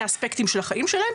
אספקטים של החיים שלהם,